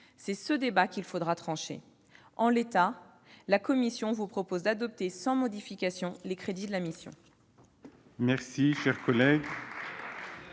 C'est ce débat qu'il faudra trancher. En l'état, la commission vous propose d'adopter sans modification les crédits de cette mission. Très bien